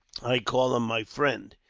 i call him my friend.